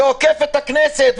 שעוקף את הכנסת,